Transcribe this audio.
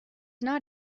not